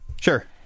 Sure